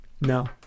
no